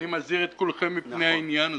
אני מזהיר את כולכם מפני העניין הזה.